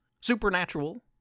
supernatural